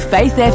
Faith